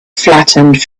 flattened